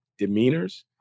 demeanors